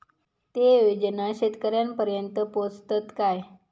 ते योजना शेतकऱ्यानपर्यंत पोचतत काय?